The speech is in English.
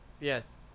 Yes